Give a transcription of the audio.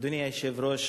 אדוני היושב-ראש,